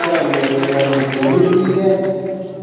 क्या मंगलवार गी चौबी तरीक ऐ